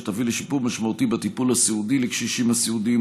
שתביא לשיפור משמעותי בטיפול הסיעודי לקשישים הסיעודיים,